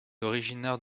originaire